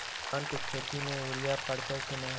धान के खेती में यूरिया परतइ कि न?